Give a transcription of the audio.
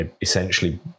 essentially